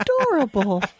adorable